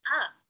up